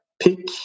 pick